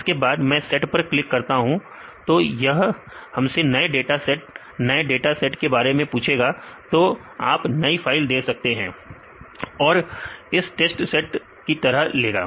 इसके बाद मैं सेट पर क्लिक करता हूं तो यह हमसे नए डाटा सेट नए डाटा सेट के बारे में पूछेगा तो आप नई फाइल दे सकते हैं और यह इसे टेस्ट सेट की तरह लेगा